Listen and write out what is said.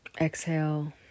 Exhale